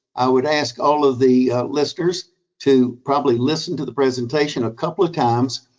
i would ask all of the listeners to probably listen to the presentation a couple of times.